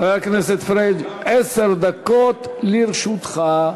חבר הכנסת פריג', עשר דקות לרשותך.